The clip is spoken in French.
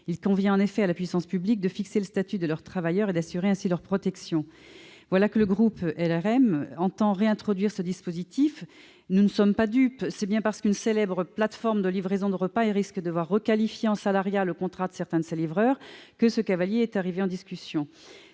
Il revient en effet à la puissance publique de fixer le statut de ces travailleurs et d'assurer ainsi leur protection. Or voilà que le groupe La République En Marche entend réintroduire ce dispositif. Nous ne sommes pas dupes : c'est bien parce qu'une célèbre plateforme de livraison de repas risque de voir requalifier en relation salariée le contrat de certains de ses livreurs que ce « cavalier » arrive en discussion.